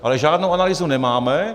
Ale žádnou analýzu nemáme.